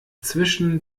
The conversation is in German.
zwischen